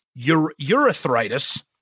urethritis